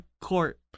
court